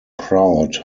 proud